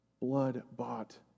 blood-bought